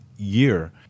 Year